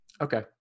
Okay